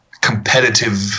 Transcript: competitive